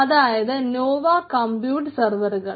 അതായത് Nova compute സർവറുകൾ